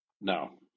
No